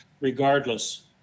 regardless